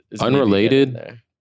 unrelated